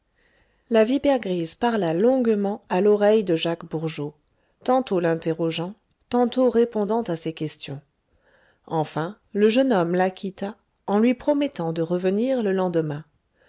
la vipère grise parla longuement à l'oreille dû jacques bourgeot tantôt l'interrogeant tantôt répondant à ses questions enfin le jeune homme la quitta en lui promettant de revenir le lendemain